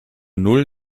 null